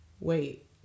Wait